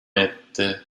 etti